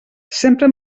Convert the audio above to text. sempre